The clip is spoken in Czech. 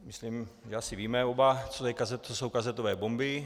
Myslím, že asi víme oba, co jsou kazetové bomby.